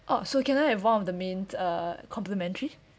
oh so cannot have one of the main uh complimentary